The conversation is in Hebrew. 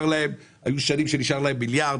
היו שנים שנשאר להם מיליארד,